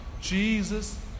Jesus